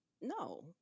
No